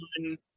one